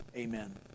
Amen